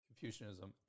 Confucianism